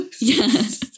Yes